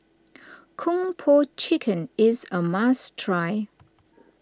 Kung Po Chicken is a must try